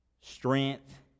strength